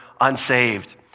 unsaved